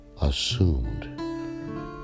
assumed